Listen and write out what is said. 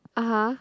(uh huh)